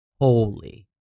Holy